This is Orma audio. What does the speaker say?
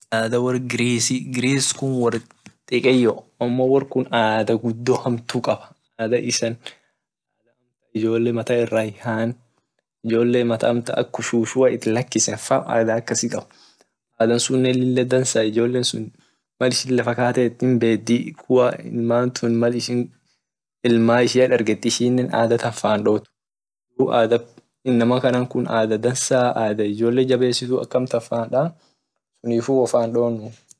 Ada wor greece, greece kun wor dikeyo amo ada gudio hamtu kab ada isan ijole mata ira hihan ijole mata amtan ak kushushua itlakisen faa ada akasi kab ada sunne lila dansa ijole sun mal ishin lafa katet hinbedii kuwa ishine mal ishin ilman ishia darget ada tan fan dot dub ada inama kun ada dansaa ada ijole jabesitu ada amtan fan danu sunifu wo fan donuu.